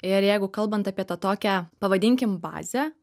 ir jeigu kalbant apie tą tokią pavadinkim bazę